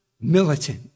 militant